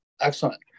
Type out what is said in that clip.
excellent